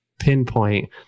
pinpoint